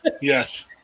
Yes